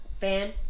fan